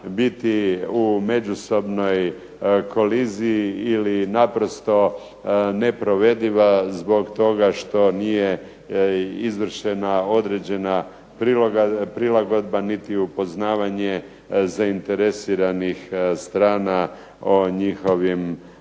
biti u međusobnoj koliziji ili naprosto neprovediva zbog toga što nije izvršena određena prilagodba niti upoznavanje zainteresiranih strana o njihovim